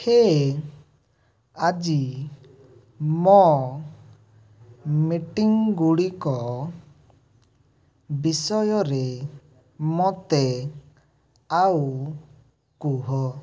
ହେ ଆଜି ମୋ ମିଟିଂଗୁଡ଼ିକ ବିଷୟରେ ମୋତେ ଆଉ କୁହ